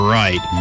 right